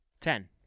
Ten